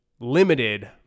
limited